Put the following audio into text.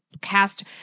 cast